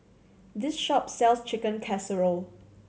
this shop sells Chicken Casserole